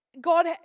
God